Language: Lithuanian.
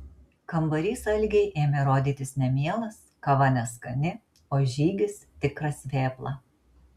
kambarys algei ėmė rodytis nemielas kava neskani o žygis tikras vėpla